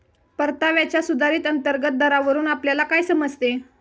परताव्याच्या सुधारित अंतर्गत दरावरून आपल्याला काय समजते?